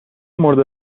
مورد